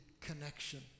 connection